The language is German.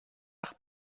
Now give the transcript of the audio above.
nach